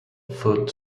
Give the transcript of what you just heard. food